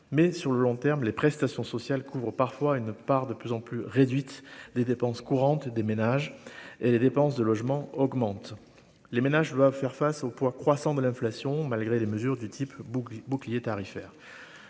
mais sur le long terme, les prestations sociales couvrent parfois une part de plus en plus réduite des dépenses courantes des ménages et les dépenses de logement augmente, les ménages doivent faire face au poids croissant de l'inflation, malgré les mesures du type bouclier tarifaire,